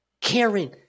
Karen